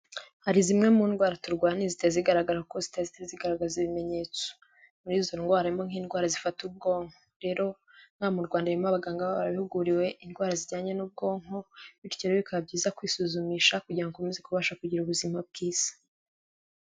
Hari zimwe mu ndwara turwara ntizite zigaragara kuko zitahise zigaragaza ibimenyetso muri izo ndwara nk'indwara zifata ubwonko, rero nk'aha mu Rwanda harimo abaganga baba barabihuguriwe indwara zijyanye n'ubwonko, bityo rero bikaba byiza kwisuzumisha kugira ngo ukomeze kubasha kugira ubuzima bwiza.